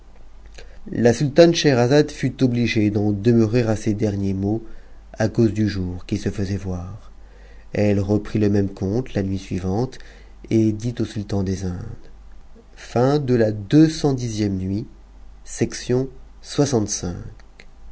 la sultane scheherazade fut obligée d'en demeurer à ces derniers tmots à cause du jour qui se faisait voir elle reprit le même conte la muit suivante et dit au sultan des indes ccxf nuit